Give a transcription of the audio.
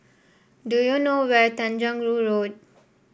do you know where Tanjong Rhu Road